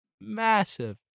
massive